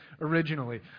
originally